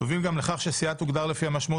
תוביל גם לכך שסיעה תוגדר לפי המשמעות